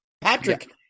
Patrick